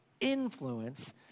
influence